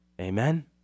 Amen